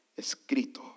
escrito